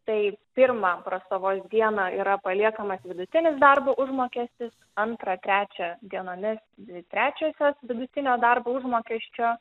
tai pirmą prastovos dieną yra paliekamas vidutinis darbo užmokestis antrą trečią dienomis dvi trečiosios vidutinio darbo užmokesčio